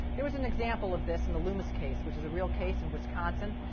there was an example of this in the loomis case which is a real case in wisconsin,